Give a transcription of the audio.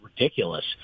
ridiculous